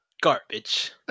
Garbage